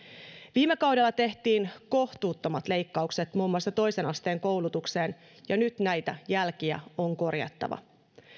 viime kaudella tehtiin kohtuuttomat leikkaukset muun muassa toisen asteen koulutukseen ja nyt näitä jälkiä on korjattava